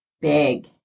big